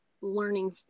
learning